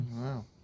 Wow